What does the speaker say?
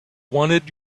wanted